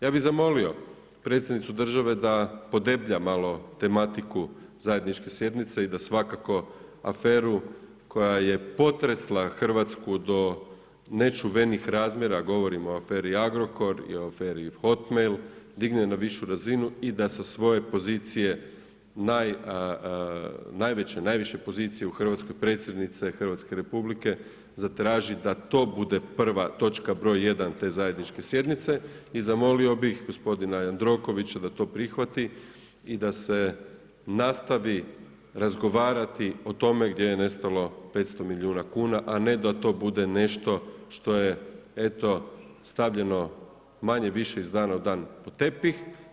Ja bih zamolio predsjednicu države da podeblja malo tematiku zajedničke sjednice i da svakako aferu koju je potresla Hrvatsku do nečuvenih razmjera, a govorim o aferi Agrokor i o aferi hot-mail digne na višu razinu i da sa svoje pozicije najveće, naviše pozicije u Hrvatskoj predsjednice RH zatraži da to bude prva točka broj 1 te zajedničke sjednice i zamolio bih gospodina Jandrokovića da to prihvati i da se nastavi razgovarati o tome gdje je nestalo 500 milijuna kuna, a ne da to bude nešto što je eto, stavljeno manje-više iz dana u dan pod tepih.